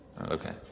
Okay